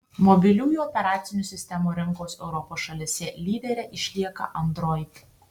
mobiliųjų operacinių sistemų rinkos europos šalyse lydere išlieka android